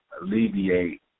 alleviate